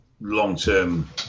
long-term